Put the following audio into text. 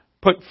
Put